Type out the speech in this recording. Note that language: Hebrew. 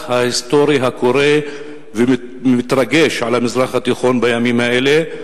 ההיסטורי הקורה ומתרגש על המזרח התיכון בימים האלה.